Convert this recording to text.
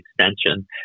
Extension